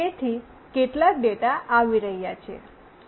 તેથી કેટલાક ડેટા આવી રહ્યા છે